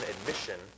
admission